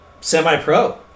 semi-pro